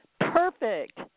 perfect